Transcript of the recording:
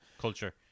culture